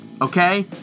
okay